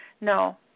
No